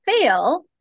fail